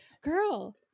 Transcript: girl